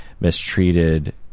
mistreated